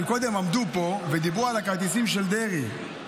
קודם עמדו פה ודיברו על הכרטיסים של דרעי,